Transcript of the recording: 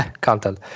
content